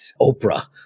Oprah